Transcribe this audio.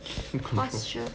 posture